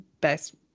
best